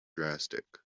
drastic